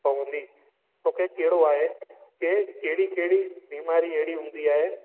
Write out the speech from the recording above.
पवंदी तोखे कहिड़ो आहे की कहिड़ी कहिड़ी बीमारी अहिड़ी हूंदी आहे